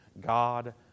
God